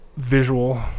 visual